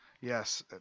Yes